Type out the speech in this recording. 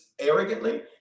arrogantly